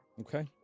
Okay